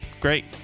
great